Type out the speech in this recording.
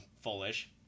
foolish